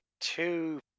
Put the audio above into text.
two